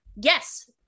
Yes